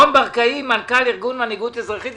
רון ברקאי, מנכ"ל ארגון מנהיגות אזרחית.